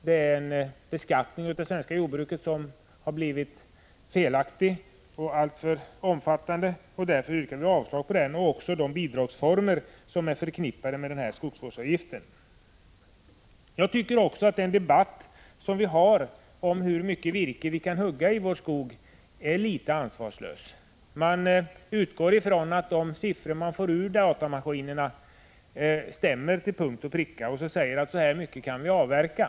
Den innebär en beskattning av det svenska jordbruket som har blivit felaktig och alltför omfattande, och vi yrkar därför avslag på förslagen om de bidragsformer som är förknippade med skogsvårdsavgiften. Jag tycker att debatten om hur mycket vi skall avverka i vår skog är litet ansvarslös. Man utgår ifrån att de siffror datamaskinerna levererar stämmer till punkt och pricka, och på grundval av dem fastställer man hur mycket vi kan avverka.